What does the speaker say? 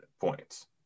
points